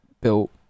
built